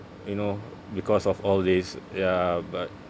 you know because of all this ya but